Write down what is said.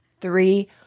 three